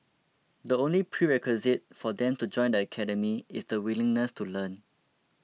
the only prerequisite for them to join the academy is the willingness to learn